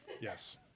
Yes